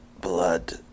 blood